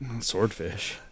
Swordfish